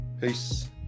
peace